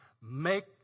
Make